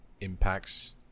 impacts